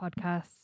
podcasts